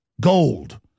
gold